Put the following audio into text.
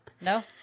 No